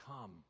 come